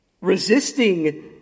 Resisting